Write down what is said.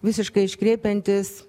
visiškai iškreipiantis